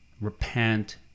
repent